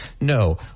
No